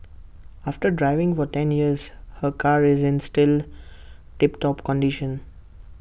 after driving for ten years her car is in still tip top condition